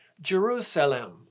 Jerusalem